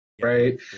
right